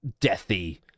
deathy